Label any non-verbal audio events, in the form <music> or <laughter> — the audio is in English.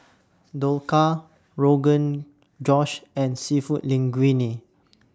<noise> Dhokla Rogan Josh and Seafood Linguine